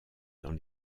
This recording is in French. dans